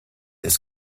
ist